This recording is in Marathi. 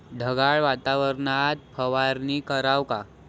ढगाळ वातावरनात फवारनी कराव का?